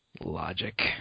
logic